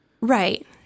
Right